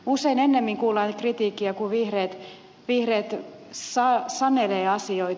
usein ennemmin kuullaan kritiikkiä kun vihreät sanelevat asioita